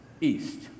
east